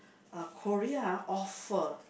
a Korea offer